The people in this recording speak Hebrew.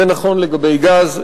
זה נכון לגבי גז.